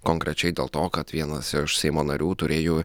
konkrečiai dėl to kad vienas iš seimo narių turėjo